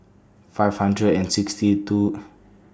five hundred and sixty two